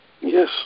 Yes